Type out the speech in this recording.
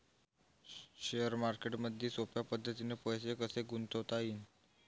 Share मार्केटमधी सोप्या पद्धतीने पैसे कसे गुंतवता येईन?